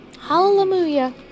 Hallelujah